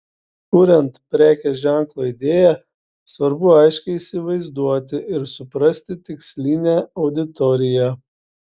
kuriant prekės ženklo idėją svarbu aiškiai įsivaizduoti ir suprasti tikslinę auditoriją